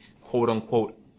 quote-unquote